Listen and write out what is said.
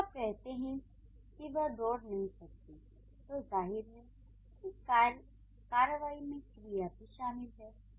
जब आप कहते हैं कि वह दौड़ नहीं सकती तो जाहिर है इस कार्रवाई में क्रिया भी शामिल है